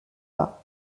pas